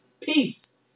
peace